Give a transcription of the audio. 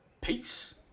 Peace